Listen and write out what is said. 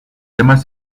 temas